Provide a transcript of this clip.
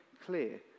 clear